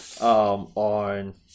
on